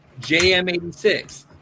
JM86